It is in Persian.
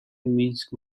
مینسک